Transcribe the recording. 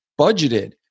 budgeted